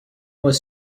was